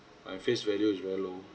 my face value is very low